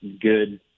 good